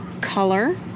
Color